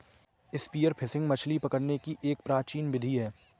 spear fishing मछली पकड़ने की एक प्राचीन विधि है